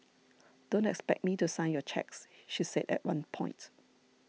don't expect me to sign your cheques she said at one point